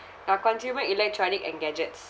or consumer electronic and gadgets